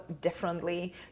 differently